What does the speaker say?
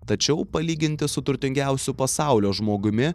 tačiau palyginti su turtingiausiu pasaulio žmogumi